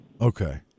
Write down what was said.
Okay